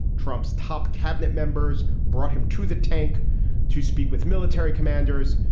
trump's top cabinet members brought him to the tank to speak with military commanders.